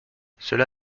cela